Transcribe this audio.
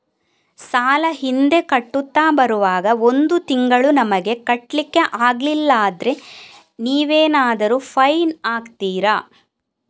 ಸಾಲ ಹಿಂದೆ ಕಟ್ಟುತ್ತಾ ಬರುವಾಗ ಒಂದು ತಿಂಗಳು ನಮಗೆ ಕಟ್ಲಿಕ್ಕೆ ಅಗ್ಲಿಲ್ಲಾದ್ರೆ ನೀವೇನಾದರೂ ಫೈನ್ ಹಾಕ್ತೀರಾ?